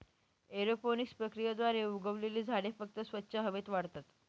aeroponics प्रक्रियेद्वारे उगवलेली झाडे फक्त स्वच्छ हवेत वाढतात